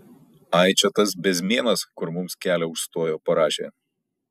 ai čia tas bezmėnas kur mums kelią užstojo parašė